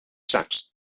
sacks